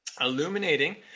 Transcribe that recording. illuminating